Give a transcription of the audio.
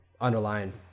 underlying